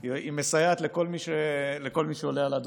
היא מסייעת לכל מי שעולה על הדוכן.